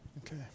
Okay